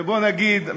ובוא נגיד,